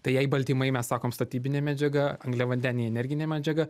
tai jei baltymai mes sakom statybinė medžiaga angliavandeniai energinė medžiaga